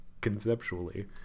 conceptually